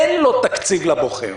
אין לו תקציב לבוחר,